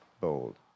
bold